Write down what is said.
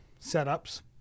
setups